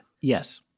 Yes